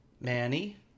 Manny